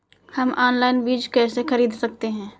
हम ऑनलाइन बीज कैसे खरीद सकते हैं?